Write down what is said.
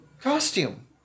costume